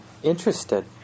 Interested